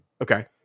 Okay